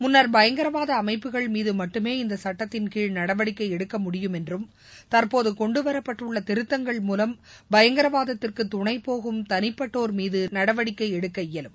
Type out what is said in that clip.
முன்னர் பயங்கரவாத அமைப்புகள் மீது மட்டுமே இந்த சட்டத்தின்கீழ் நடவடிக்கை எடுக்க முடியும் என்றும் தற்போது கொண்டுவரப்பட்டுள்ள திருத்தங்கள் மூலம் பயங்கரவாதத்திற்கு துணைபோகும் தனிப்பட்டோர் மீது நடவடிக்கை எடுக்க இயலும்